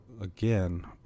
again